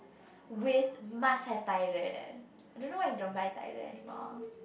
with must have I don't know why you don't buy anymore